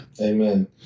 Amen